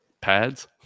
pads